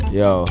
yo